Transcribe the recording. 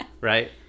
Right